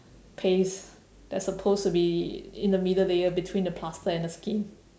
paste that's supposed to be in the middle layer between the plaster and the skin